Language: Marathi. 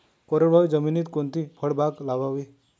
कोरडवाहू जमिनीत कोणती फळबाग लावावी?